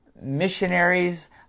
missionaries